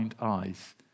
eyes